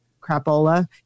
crapola